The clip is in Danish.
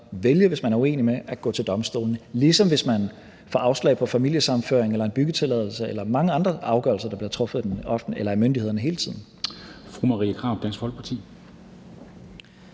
så, hvis man er uenig i den, vælge at gå til domstolene med, ligesom hvis man får afslag på familiesammenføring eller en byggetilladelse eller mange andre afgørelser, der hele tiden bliver truffet af myndighederne. Kl.